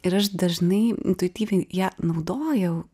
ir aš dažnai intuityviai ją naudojau